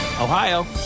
Ohio